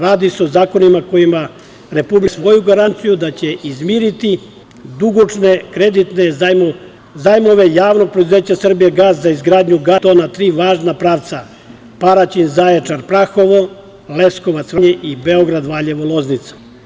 Radi se o zakonima kojima Republike Srbije daje svoju garanciju da će izmiriti dugoročne kreditne zajmove JP „Srbijagas“ za izgradnju gasovoda i to na tri važna pravca: Paraćin-Zaječar-Prahovo, Leskovac-Vranje i Beograd-Valjevo-Loznica.